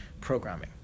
programming